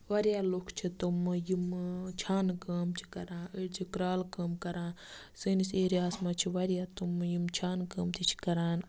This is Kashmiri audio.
وارِیاہ لُکھ چھِ تِم یِم چھانہٕ کٲم چھِ کَران أڑۍ چھِ کرالہٕ کٲم کَران سٲنِس ایرِیا ہَس منٛز چھِ واریاہ تِم یِم چھانہٕ کٲم تہِ چھِ کَران